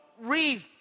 read